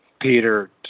Peter